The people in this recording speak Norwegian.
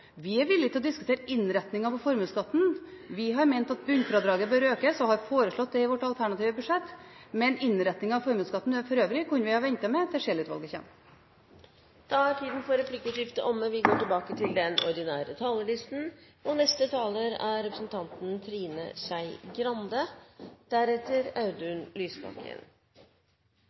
Vi er villige til å diskutere innretningen på formuesskatten, vi har ment at bunnfradraget bør økes, og har foreslått det i vårt alternative budsjett, men innretningen av formuesskatten for øvrig kunne vi ha ventet med til Scheel-utvalget kommer. Da er replikkordskiftet omme. Inntil nå har dette vært en ganske vanlig finansdebatt med litt preg av småkjekling og noen spissformuleringer og morsomheter. Men vi